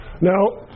Now